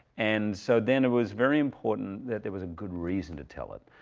and so then it was very important that there was a good reason to tell it,